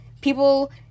people